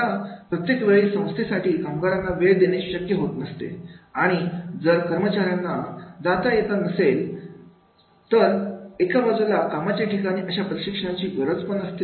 आता प्रत्येक वेळी संस्थेसाठी कामगारांना वेळ देणे शक्य होत नसते आणि जर कर्मचाऱ्यांना जाता येत नसते तर एका बाजूला कामाच्या ठिकाणी अशा प्रशिक्षणाची गरज पण असते